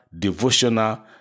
devotional